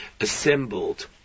assembled